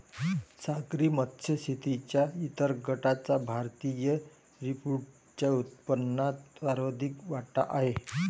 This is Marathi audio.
सागरी मत्स्य शेतीच्या इतर गटाचा भारतीय सीफूडच्या उत्पन्नात सर्वाधिक वाटा आहे